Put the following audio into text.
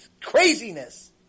craziness